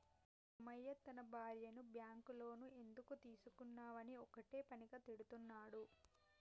సోమయ్య తన భార్యను bank loan ఎందుకు తీసుకున్నవని ఒక్కటే పనిగా తిడుతున్నడు